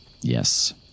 Yes